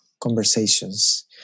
conversations